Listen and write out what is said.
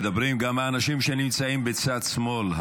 מדברים גם האנשים שנמצאים בצד שמאל,